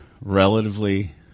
relatively